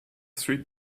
three